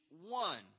one